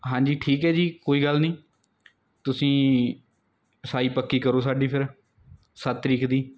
ਹਾਂਜੀ ਠੀਕ ਹੈ ਜੀ ਕੋਈ ਗੱਲ ਨਹੀਂ ਤੁਸੀਂ ਸਾਈ ਪੱਕੀ ਕਰੋ ਸਾਡੀ ਫਿਰ ਸੱਤ ਤਰੀਕ ਦੀ